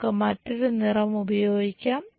നമുക്ക് മറ്റൊരു നിറം ഉപയോഗിക്കാം